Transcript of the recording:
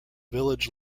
village